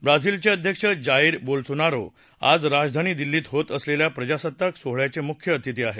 ब्राझीलचे अध्यक्ष Jair Bolsonaro आज राजधानी दिल्लीत होत असलेल्या प्रजासत्ताक सोहळ्याचे मुख्य अतिथी आहेत